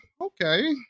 okay